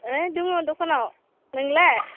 ओइ दङ दखानाव नोंलाय